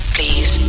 Please